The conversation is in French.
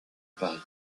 paris